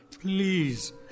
Please